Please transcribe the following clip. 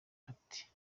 ati